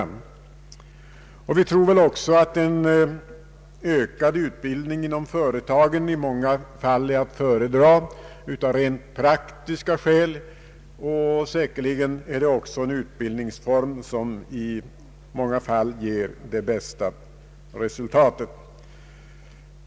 Vi tror också att en ökad utbildning inom företagen i många fall är att föredra av rent praktiska skäl. Säkerligen är detta även en utbildningsform som i många fall ger det bästa resultatet.